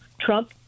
Trump